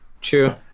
true